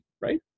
right